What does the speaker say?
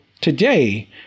today